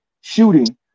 shooting